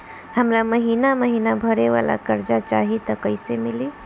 हमरा महिना महीना भरे वाला कर्जा चाही त कईसे मिली?